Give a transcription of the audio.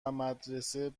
مدرسه